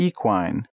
Equine